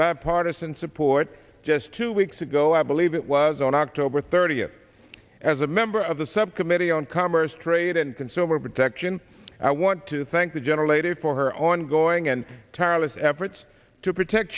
bipartisan support just two weeks ago i believe it was on october thirtieth as a member of the subcommittee on commerce trade and consumer protection i want to thank the general lady for her ongoing and tireless efforts to protect